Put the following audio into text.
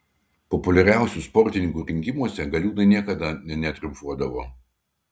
populiariausių sportininkų rinkimuose galiūnai niekada netriumfuodavo